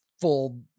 full